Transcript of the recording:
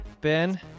Ben